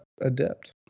adept